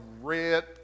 red